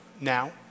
now